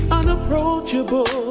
unapproachable